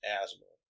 asthma